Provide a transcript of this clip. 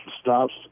stops